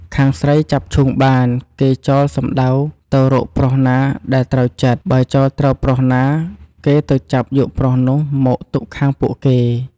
ខាងស្រីចាប់ឈូងបាន គេចោលសំដៅទៅរកប្រុសណាដែលត្រូវចិត្ដ បើចោលត្រូវប្រុសណា គេទៅចាប់យកប្រុសនោះមកទុកខាងពួកគេ។